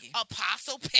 Apostle